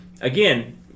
Again